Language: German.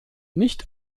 nicht